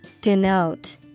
Denote